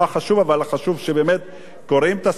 אבל מה שחשוב זה שקוראים את הספרים האלה,